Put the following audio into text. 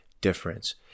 difference